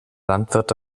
landwirte